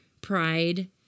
pride